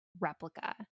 replica